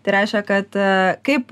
tai reiškia kad kaip